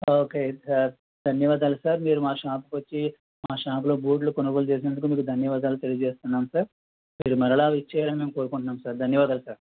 okay sir ధన్యవాదాలు sir మీరు మా షాప్కి వచ్చి మా షాప్లో బూట్లు కొనుగోలు చేసినందుకు మీకు ధన్యవాదాలు తెలియజేస్తున్నాం సార్ మీరు మరల విచ్చేయాలని మేము కోరుకుంటున్నాము సార్ ధన్యవాదాలు సార్